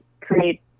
create